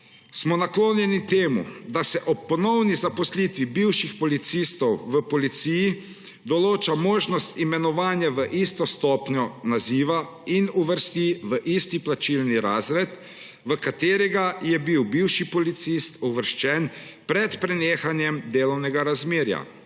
smo naklonjeni temu, da se ob ponovni zaposlitvi bivših policistov v policiji določa možnost imenovanja v isto stopnjo naziva in uvrsti v isti plačilni razred, v katerega je bil bivši policist uvrščen pred prenehanjem delovnega razmerja.